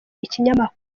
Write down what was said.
ikinyamakuru